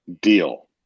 deal